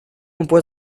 вопрос